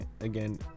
again